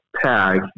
tag